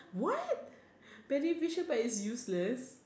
what beneficial but it is useless